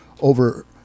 over